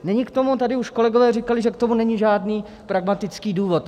Nyní tady už kolegové říkali, že k tomu není žádný pragmatický důvod.